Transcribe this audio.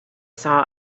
saw